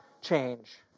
change